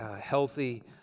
healthy